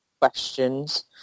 questions